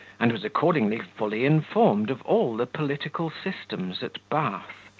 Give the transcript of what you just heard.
and was accordingly fully informed of all the political systems at bath.